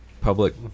public